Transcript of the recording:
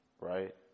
right